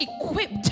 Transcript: equipped